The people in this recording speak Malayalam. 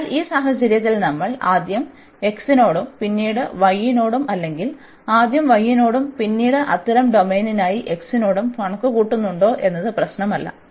അതിനാൽ ഈ സാഹചര്യത്തിൽ നമ്മൾ ആദ്യം x നോടും പിന്നീട് y നോടും അല്ലെങ്കിൽ ആദ്യം y നോടും പിന്നീട് അത്തരം ഡൊമെയ്നിനായി x നോടും കണക്കുകൂട്ടുന്നുണ്ടോ എന്നത് പ്രശ്നമല്ല